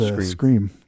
Scream